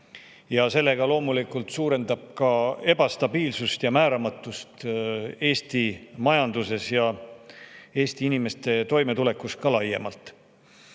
sellega loomulikult suurendab ebastabiilsust ja määramatust Eesti majanduses ja Eesti inimeste toimetulekus laiemalt. Nimelt